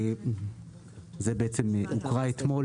זה הוקרא אתמול.